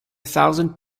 thousand